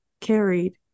carried